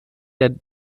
der